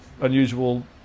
unusual